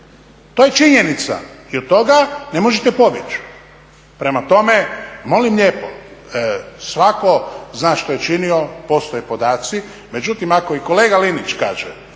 to je činjenica i od toga ne možete pobjeći. Prema tome molim lijepo svako zna što je činio postoje podaci, međutim ako i kolega Linić kaže